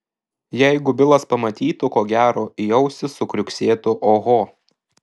jeigu bilas pamatytų ko gero į ausį sukriuksėtų oho